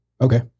okay